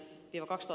jokaista